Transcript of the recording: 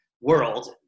world